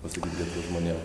pasakyti lietuvos žmonėm